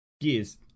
gears